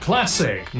Classic